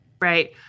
Right